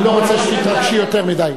אני לא רוצה שתתרגשי יותר מדי.